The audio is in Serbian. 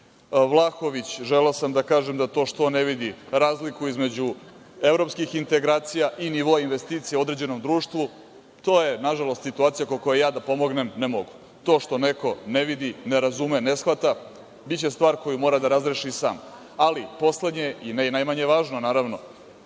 Vlahović, želeo sam da kažem da to što on ne vidi razliku između evropskih integracija i nivoa investicija u određenom društvu, to je nažalost situacija u kojoj ja da pomognem ne mogu. To što neko ne vidi, ne razume, ne shvata, biće stvar koju mora da razreši sam, ali poslednje i ne i najmanje važno, naravno,